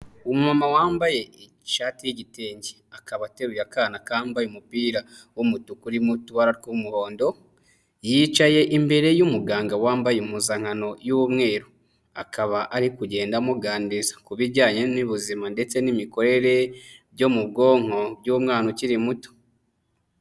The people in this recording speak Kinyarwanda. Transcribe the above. Umuntu wambaye ishati y'igitenge akaba ateruye akana kambaye umupira w'umutuku urimo utubara tw'umuhondo, yicaye imbere y'umuganga wambaye impuzankano y'umweru, akaba ari kugenda amuganiza ku bijyanye n'ubuzima ndetse n'imikorere byo mu bwonko by'umwana ukiri muto.